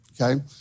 okay